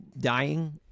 dying